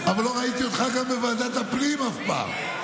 אבל לא ראיתי אותך גם בוועדת הפנים אף פעם,